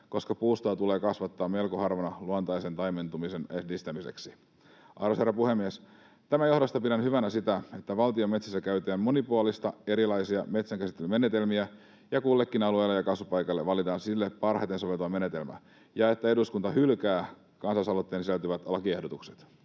koska puustoa tulee kasvattaa melko harvana luontaisen taimettumisen edistämiseksi. Arvoisa herra puhemies! Tämän johdosta pidän hyvänä sitä, että valtion metsissä käytetään monipuolisesti erilaisia metsänkäsittelyn menetelmiä ja kullekin alueelle ja kasvupaikalle valitaan sille parhaiten soveltuva menetelmä ja että eduskunta hylkää kansalaisaloitteeseen sisältyvät lakiehdotukset.